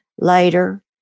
Later